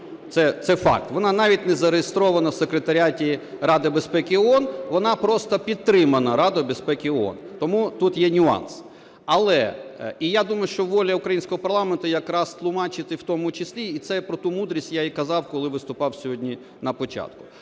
Це факт. Вона навіть не зареєстрована в Секретаріаті Ради безпеки ООН, вона просто підтримана Радою безпеки ООН, тому тут є нюанс. І я думаю, що воля українського парламенту якраз – тлумачити в тому числі, і це про ту мудрість я і казав, коли виступав сьогодні на початку.